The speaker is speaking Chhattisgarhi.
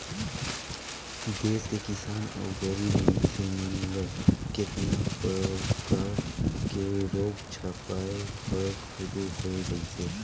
देस के किसान अउ गरीब मइनसे मन ल केतना परकर के रोग झपाए बर शुरू होय गइसे